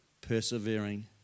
persevering